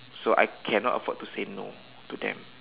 so I cannot afford to say no to them